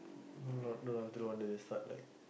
not don't until want they they start like